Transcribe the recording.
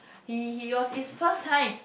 he he was his first time